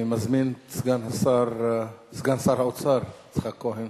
אני מזמין את סגן שר האוצר יצחק כהן